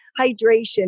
hydration